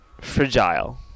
Fragile